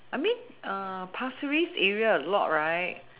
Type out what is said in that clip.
I mean pasir-ris area a lot right